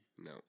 No